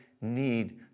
need